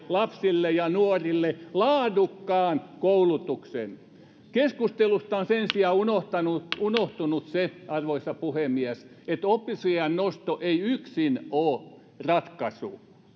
lapsille ja nuorille laadukkaan koulutuksen kun ikäluokat pienenevät keskustelusta on sen sijaan unohtunut se arvoisa puhemies että oppivelvollisuusiän nosto ei yksin ole ratkaisu